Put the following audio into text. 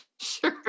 sure